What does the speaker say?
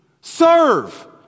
Serve